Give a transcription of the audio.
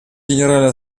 генеральная